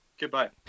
Goodbye